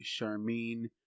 Charmaine